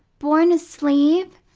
born a slave,